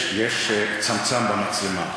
יש צמצם במצלמה.